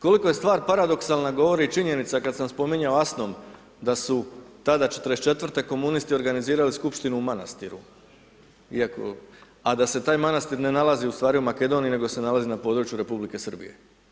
Koliko je stvar paradoks govori i činjenica kada sam spominjao … da su tada '44. komunisti organizirali skupštinu u Manastiru a da se taj Manastir ne nalazi u stvari u Makedoniji, nego se nalazi na području Republike Srbije.